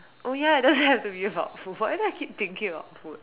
oh ya it don't have to be about food why do I keep thinking about food